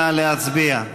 נא להצביע.